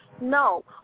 No